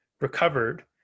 recovered